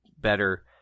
better